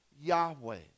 Yahweh